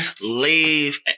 leave